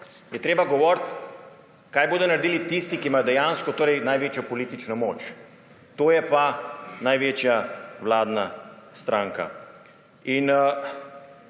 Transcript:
je treba govoriti, kaj bodo naredili tisti, ki imajo dejansko največjo politično moč, to je pa največja vladna stranka.